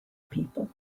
people